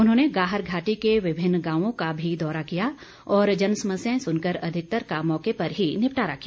उन्होंने गाहर घाटी के विभिन्न गांवों का भी दौरा किया और जनसमस्याएं सुनकर अधिकतर का मौके पर ही निपटारा किया